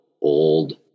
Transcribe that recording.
old